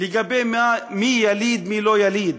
לגבי מי יליד, מי לא יליד.